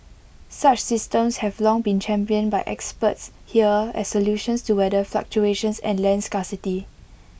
such systems have long been championed by experts here as solutions to weather fluctuations and land scarcity